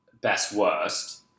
best-worst